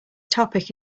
topic